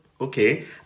Okay